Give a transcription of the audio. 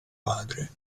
padre